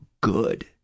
good